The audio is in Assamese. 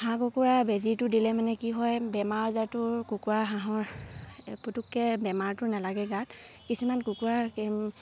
হাঁহ কুকুৰা বেজীটো দিলে মানে কি হয় বেমাৰ আজাৰটোৰ কুকুৰা হাঁহৰ পুটককে বেমাৰটো নালাগে গাত কিছুমান কুকুৰাৰ